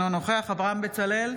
אינו נוכח אברהם בצלאל,